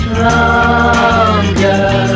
longer